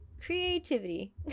creativity